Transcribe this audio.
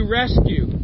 rescue